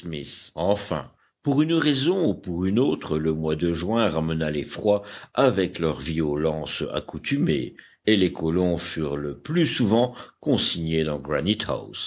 enfin pour une raison ou pour une autre le mois de juin ramena les froids avec leur violence accoutumée et les colons furent le plus souvent consignés dans